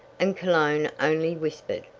and cologne only whispered.